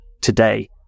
today